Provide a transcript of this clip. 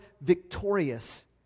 victorious